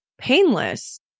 painless